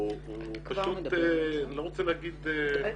זה לא נכון.